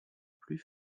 plus